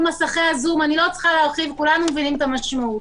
מסכי הזום כולנו מבינים את המשמעות.